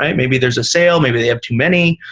um maybe there's a sale. maybe they have too many.